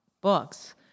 books